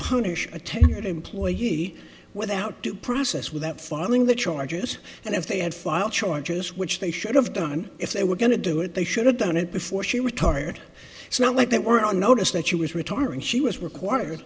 punish a tenured employee he without due process without filing the charges and if they had filed charges which they should have done if they were going to do it they should have done it before she retired it's not like they were on notice that she was retiring she was required